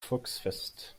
volksfest